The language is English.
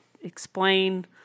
explain